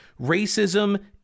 Racism